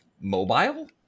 mobile